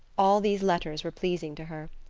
all these letters were pleasing to her.